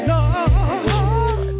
Lord